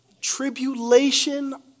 tribulation